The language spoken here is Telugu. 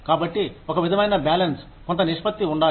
కాబట్టి ఒక విధమైన బ్యాలెన్స్ కొంత నిష్పత్తి ఉండాలి